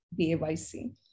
BAYC